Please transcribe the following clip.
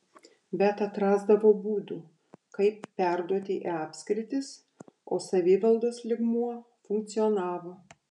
bet atrasdavo būdų kaip perduoti į apskritis o savivaldos lygmuo funkcionavo